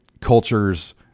cultures